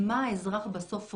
מה האזרח בסוף רואה?